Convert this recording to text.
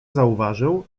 zauważył